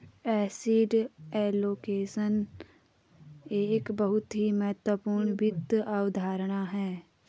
asset allocation एक बहुत ही महत्वपूर्ण वित्त अवधारणा है